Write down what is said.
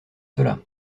cela